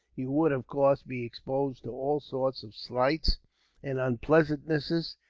you would, of course, be exposed to all sorts of slights and unpleasantnesses,